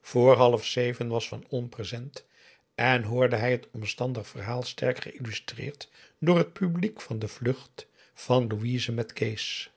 vr half zeven was van olm present en hoorde hij t omstandig verhaal sterk geïllustreerd door het publiek van de vlucht van louise met kees